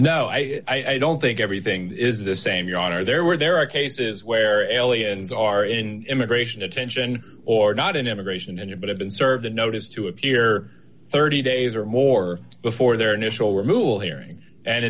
no i i don't think everything is the same your honor there were there are cases where allianz are in him a gratian attention or not in immigration and you but have been served a notice to appear thirty days or more before their initial removal hearing and